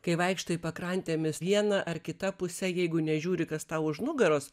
kai vaikštai pakrantėmis viena ar kita puse jeigu nežiūri kas tau už nugaros